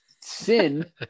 sin